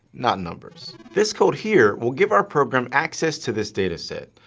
not numbers. this code here will give our program access to this dataset,